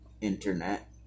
internet